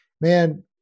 man